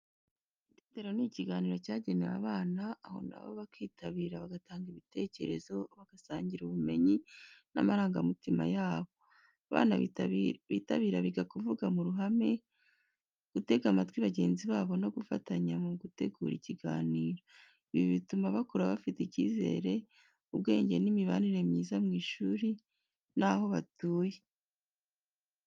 Itetero ni ikiganiro kigenewe abana, aho na bo bakitabira bagatanga ibitekerezo, bagasangira ubumenyi n’amarangamutima yabo. Abana bitabira biga kuvuga mu ruhame, gutega amatwi bagenzi babo no gufatanya mu gutegura ikiganiro. Ibi bituma bakura bafite icyizere, ubwenge n’imibanire myiza mu ishuri n'aho batuye.